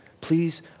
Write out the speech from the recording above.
please